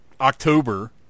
October